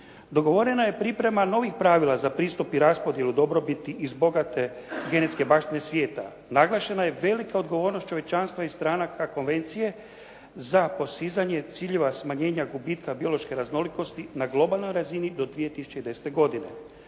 Dogovorena je priprema novih pravila za pristup i raspodjelu dobrobiti iz bogate genetske baštine svijeta, naglašena je velika odgovornost čovječanstva i stranaka konvencije za postizanje ciljeva smanjenja gubitka biološke raznolikosti na globalnoj razini do 2010. godine.